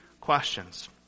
questions